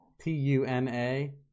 T-U-N-A